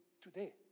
today